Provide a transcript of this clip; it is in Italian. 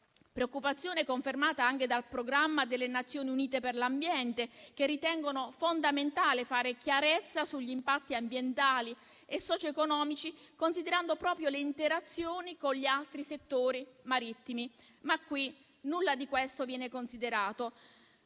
preoccupazione è stata confermata anche dal programma per l'ambiente delle Nazioni Unite, che ritengono fondamentale fare chiarezza sugli impatti ambientali e socioeconomici, considerando proprio le interazioni con gli altri settori marittimi, ma qui nulla di questo viene considerato.